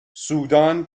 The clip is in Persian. سودان